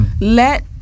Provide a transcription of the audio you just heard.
let